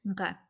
Okay